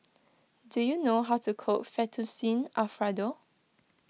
do you know how to cook Fettuccine Alfredo